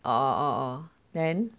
orh then